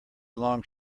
long